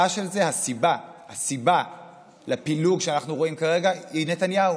הסיבה לפילוג שאנחנו רואים כרגע היא נתניהו.